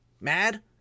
mad